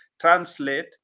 translate